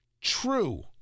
true